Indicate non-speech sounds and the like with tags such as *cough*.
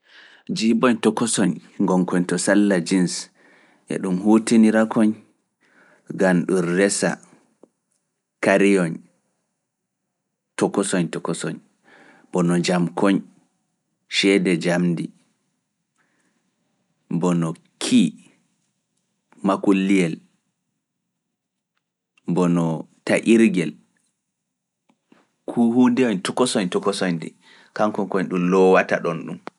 Gam resugo kareeji pamari bana kullorger, tayirgel e jamkoyn *noise*